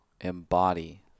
embody